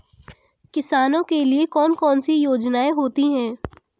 किसानों के लिए कौन कौन सी योजनायें होती हैं?